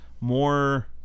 more